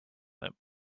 limp